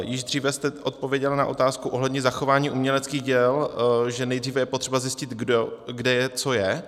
Již dříve jste odpověděla na otázku ohledně zachování uměleckých děl, že nejdříve je potřeba zjistit, kde co je.